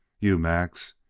you, max,